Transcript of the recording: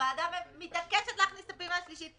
והוועדה מתעקשת להכניס את הפעימה השלישית,